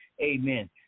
amen